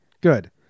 Good